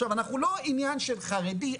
עכשיו אנחנו לא עניין של חרדי,